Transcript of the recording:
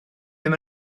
ddim